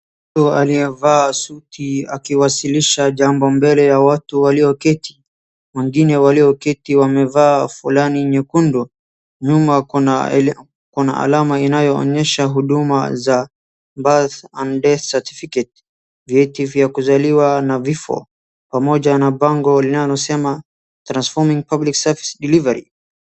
Mtu aliyevaa suti akiwasilisha jambo mbele ya watu walioketi. Wengine walioketi wamevaa fulana nyekundu. Nyuma kuna alama inayoonyesha huduma za birth and death certificate , vyeti vya kuzaliwa na vifo pamoja na bango linalosema Transforming Public Service Delivery .